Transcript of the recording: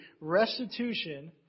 restitution